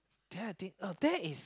then I think uh that is